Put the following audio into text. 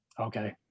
Okay